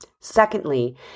Secondly